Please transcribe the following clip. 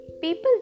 People